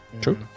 True